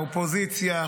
אופוזיציה.